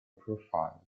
profile